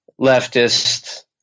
leftist